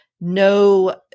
no